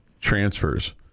transfers